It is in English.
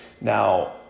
Now